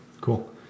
Cool